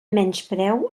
menyspreu